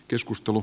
keskustelu